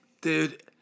Dude